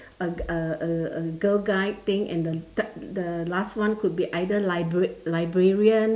uh uh uh girl guide thing and the third the last one could be either library librarian